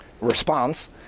response